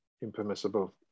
impermissible